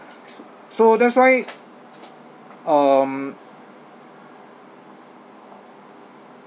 so that's why um